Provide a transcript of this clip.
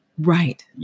Right